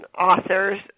authors